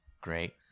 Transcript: Great